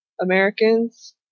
Americans